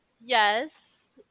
Yes